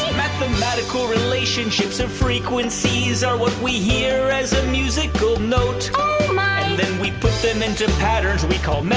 mathematical relationships of frequencies are what we hear as a musical note we put them into patterns we call